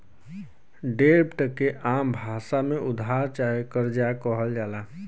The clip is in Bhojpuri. डेब्ट के आम भासा मे उधार चाहे कर्जा कहल जाला